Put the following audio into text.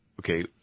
Okay